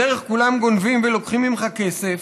בדרך כולם גונבים ולוקחים ממך כסף.